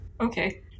Okay